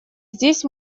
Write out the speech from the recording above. здесь